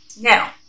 Now